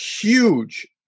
huge